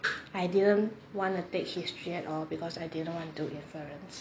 I didn't wanna take history at all because I didn't want to inference